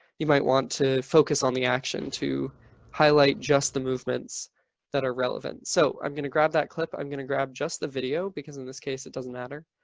you might want to focus on the action to highlight just the that are relevant. so i'm going to grab that clip, i'm going to grab just the video because in this case, it doesn't matter.